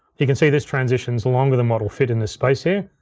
you can see this transition's longer than what'll fit in this space here,